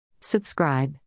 Subscribe